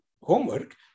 homework